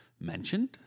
mentioned